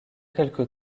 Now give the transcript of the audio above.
quelque